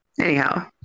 anyhow